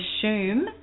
assume